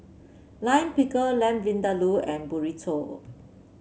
Lime Pickle Lamb Vindaloo and Burrito